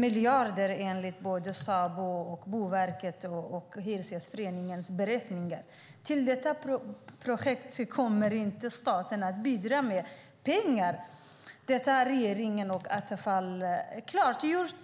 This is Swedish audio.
miljarder enligt såväl Sabos som Boverkets och Hyresgästföreningens beräkningar. Till detta projekt kommer staten inte att bidra med pengar; det har regeringen och Attefall klargjort.